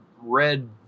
red